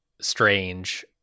strange